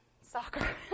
soccer